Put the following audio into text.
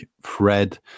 Fred